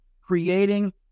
creating